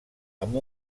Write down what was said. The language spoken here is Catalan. amb